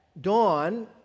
dawn